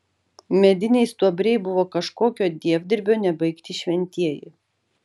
mediniai stuobriai buvo kažkokio dievdirbio nebaigti šventieji